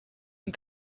and